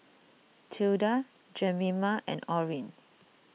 Tilda Jemima and Orrin